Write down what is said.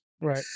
Right